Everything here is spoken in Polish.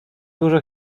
dużo